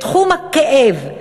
בתחום הכאב,